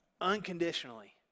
unconditionally